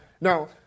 now